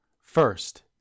First